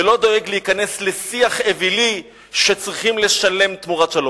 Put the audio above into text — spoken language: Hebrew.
ולא דואג להיכנס לשיח אווילי שצריכים לשלם תמורת שלום.